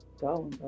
go